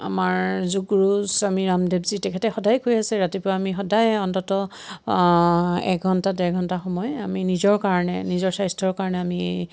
আমাৰ যোগ গুৰু স্বামী ৰামদেৱ জী তেখেতে সদায় কৈ আছে ৰাতিপুৱা আমি সদায় অন্তত এঘণ্টা ডেৰ ঘণ্টা সময় আমি নিজৰ কাৰণে নিজৰ স্বাস্থ্যৰ কাৰণে আমি